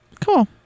cool